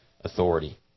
authority